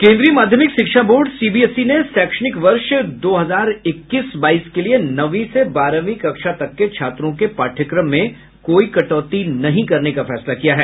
केन्द्रीय माध्यमिक शिक्षा बोर्ड सीबीएसई ने शैक्षणिक वर्ष दो हजार इक्कीस बाईस के लिए नवीं से बारहवीं कक्षा तक के छात्रों के पाठ्यक्रम में कोई कटौती नहीं करने का फैसला किया है